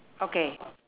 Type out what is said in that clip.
okay